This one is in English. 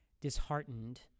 disheartened